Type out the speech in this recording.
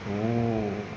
oo